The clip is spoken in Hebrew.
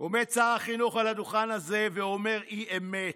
עומד שר החינוך על הדוכן הזה ואומר אי-אמת,